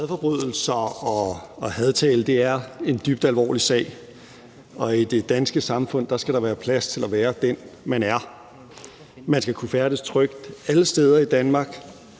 Hadforbrydelser og hadtale er en dybt alvorlig sag, og i det danske samfund skal der være plads til at være den, man er. Man skal kunne færdes trygt alle steder i Danmark,